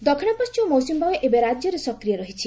ଲଘୁଚାପ ଦକ୍ଷିଣ ପଣ୍କିମ ମୌସୁମୀବାୟୁ ଏବେ ରାଜ୍ୟରେ ସକ୍ରିୟ ରହିଛି